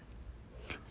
mm